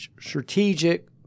strategic